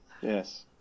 Yes